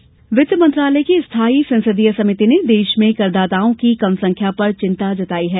संसद समिति कर वित्त मंत्रालय की स्थायी संसदीय समिति ने देश में करदाताओं की कम संख्या पर चिंता जतायी है